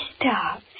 stop